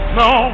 no